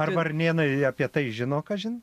ar varnėnai apie tai žino kažin